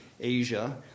Asia